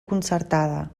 concertada